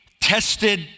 tested